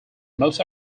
most